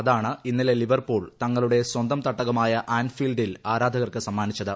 അതാണ് ഇന്നലെ ലിവർപൂൾ തങ്ങളുടെ സ്വന്തം തട്ടകമായ ആന്റ്ഫീൽഡിൽ ആരാധകർക്ക് സമ്മാനിച്ചത്